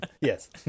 Yes